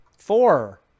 four